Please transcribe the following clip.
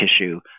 tissue